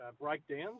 breakdowns